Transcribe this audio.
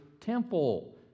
temple